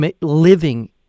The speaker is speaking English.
living